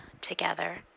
together